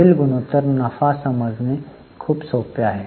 पुढील गुणोत्तर नफा समजणे खूप सोपे आहे